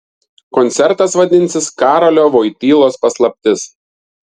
koncertas vadinsis karolio voitylos paslaptis